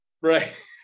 Right